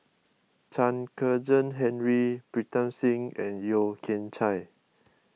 Chen Kezhan Henri Pritam Singh and Yeo Kian Chai